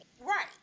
Right